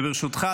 וברשותך,